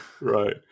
right